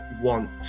want